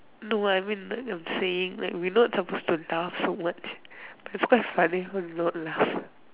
no I mean I'm saying like we not supposed to laugh so much it's quite funny to not laugh